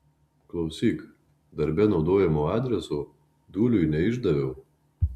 klausyk darbe naudojamo adreso dūliui neišdaviau